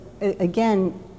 again